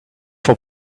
for